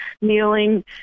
kneeling